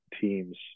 teams